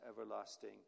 everlasting